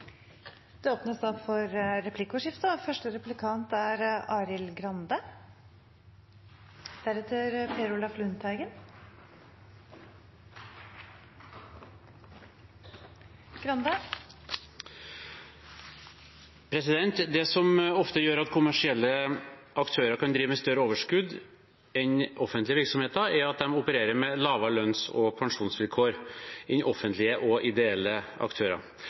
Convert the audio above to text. Det blir replikkordskifte. Det som ofte gjør at kommersielle aktører kan drive med større overskudd enn offentlige virksomheter, er at de opererer med lavere lønns- og pensjonsvilkår enn offentlige og ideelle aktører.